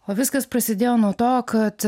o viskas prasidėjo nuo to kad